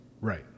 Right